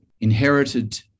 inherited